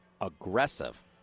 aggressive